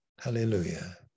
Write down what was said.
Hallelujah